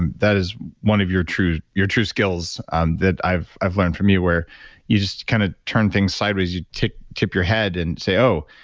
and that is one of your true your true skills um that i've i've learned from you where you just kind of turn things sideways. you tip tip your head and say, oh,